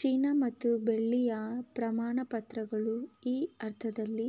ಚಿನ್ನ ಮತ್ತು ಬೆಳ್ಳಿಯ ಪ್ರಮಾಣಪತ್ರಗಳು ಈ ಅರ್ಥದಲ್ಲಿ